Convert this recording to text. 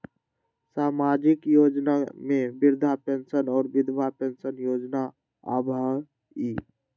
सामाजिक योजना में वृद्धा पेंसन और विधवा पेंसन योजना आबह ई?